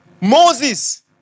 Moses